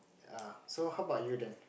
uh so how about you then